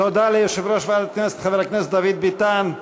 תודה ליושב-ראש ועדת הכנסת חבר הכנסת דוד ביטן.